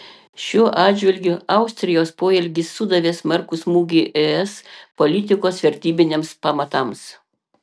šiuo atžvilgiu austrijos poelgis sudavė smarkų smūgį es politikos vertybiniams pamatams